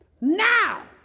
now